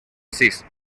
asís